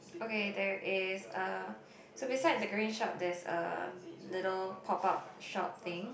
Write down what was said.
okay there is a so beside the green shop there's a little pop up shop thing